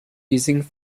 using